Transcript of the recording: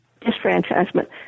disfranchisement